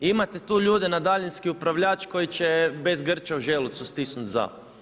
Imate tu ljude na daljinski upravljač koji će bez grča u želucu stisnut za.